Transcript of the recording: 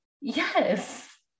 Yes